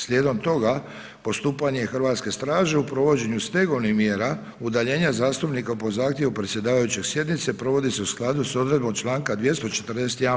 Slijedom toga, postupanje hrvatske straže u provođenju stegovnih mjera udaljenja zastupnika po zahtjevu predsjedavajućeg sjednice, provodi se u skladu s odredbom članka 241.